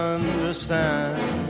Understand